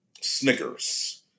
Snickers